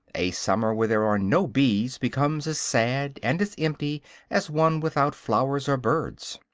a summer where there are no bees becomes as sad and as empty as one without flowers or birds.